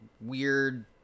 weird